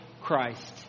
Christ